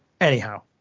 Anyhow